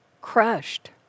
crushed